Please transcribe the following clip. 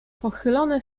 pochylone